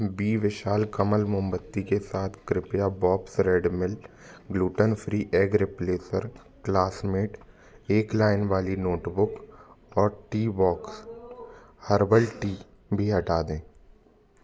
B Vishal Kamal मोमबत्ती के साथ कृपया Bob's Red Mill gluten free egg replacer Classmate एक लाइन वाली नोटबुक और टीबॉक्स हर्बल टी भी हटा दें